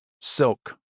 silk